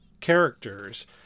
characters